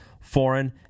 foreign